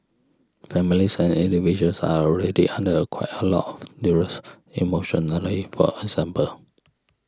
families and individuals are already under quite a lot of duress emotionally for example